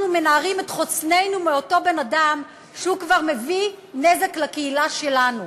אנחנו מנערים את חוצננו מאותו בן-אדם שכבר מביא נזק לקהילה שלנו.